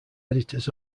editors